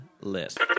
list